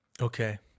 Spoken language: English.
Okay